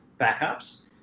backups